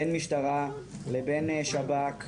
בין המשטרה לבין שב"כ,